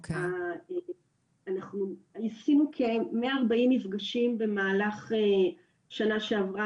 אנחנו ניסינו כמאה ארבעים מפגשים במהלך שנה שעבר,